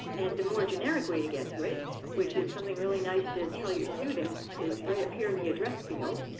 and the more generic way to get to it which is something really nice to and tell your students, is right up here in the address field.